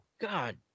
God